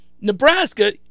Nebraska